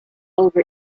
over